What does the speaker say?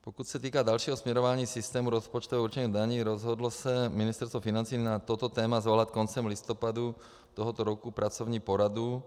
Pokud se týká dalšího směrování systému rozpočtového určení daní, rozhodlo se Ministerstvo financí na toto téma svolat koncem listopadu tohoto roku pracovní poradu.